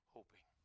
Hoping